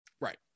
Right